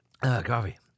coffee